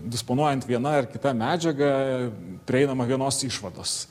disponuojant viena ar kita medžiaga prieinama vienos išvados